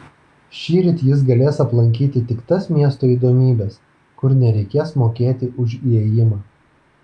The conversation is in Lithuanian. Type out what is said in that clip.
šįryt jis galės aplankyti tik tas miesto įdomybes kur nereikės mokėti už įėjimą